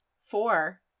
Four